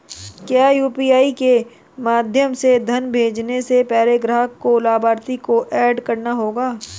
क्या यू.पी.आई के माध्यम से धन भेजने से पहले ग्राहक को लाभार्थी को एड करना होगा?